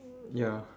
ya